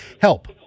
help